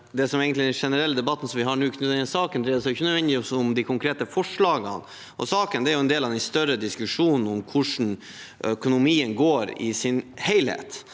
det som egentlig er den generelle debatten vi har nå om denne saken, for det dreier seg ikke nødvendigvis om de konkrete forslagene. Saken er jo del av en større diskusjon om hvordan økonomien går i sin helhet.